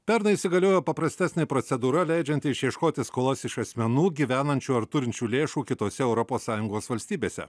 pernai įsigaliojo paprastesnė procedūra leidžianti išieškoti skolas iš asmenų gyvenančių ar turinčių lėšų kitose europos sąjungos valstybėse